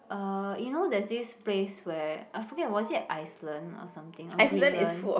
uh you know there's this place where I forget was it Iceland or something or Greenland